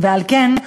ועל כן,